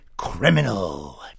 Criminal